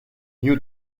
new